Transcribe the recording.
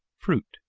fruit.